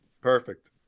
Perfect